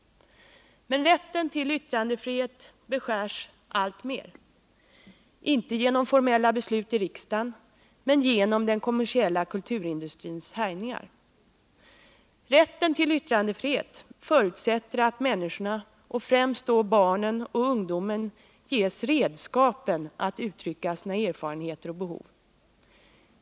Men rätten till yttrandefrihet beskärs alltmer —-inte genom formella beslut i riksdagen, men genom den kommersiella kulturindustrins härjningar. Rätten till yttrandefrihet förutsätter att människorna — främst då barnen och ungdomen — ges redskapen för att uttrycka sina erfarenheter och behov.